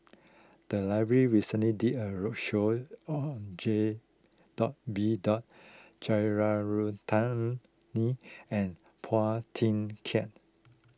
the library recently did a roadshow on J Dot B Dot Jeyaretnam Ni and Phua Thin Kiay